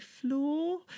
floor